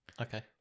Okay